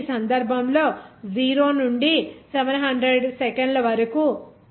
కాబట్టి ఈ సందర్భంలో 0 నుండి 700 సెకన్ల వరకు